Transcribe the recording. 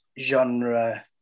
genre